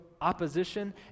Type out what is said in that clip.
opposition